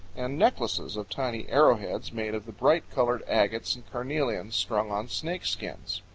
and necklaces of tiny arrowheads made of the bright-colored agates and carnelians strung on snakeskins.